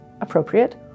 appropriate